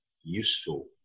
useful